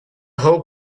whole